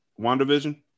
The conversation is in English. Wandavision